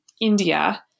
India